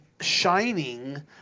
shining